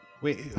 Wait